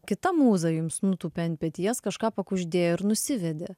kita mūza jums nutūpė ant peties kažką pakuždėjo ir nusivedė